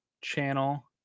channel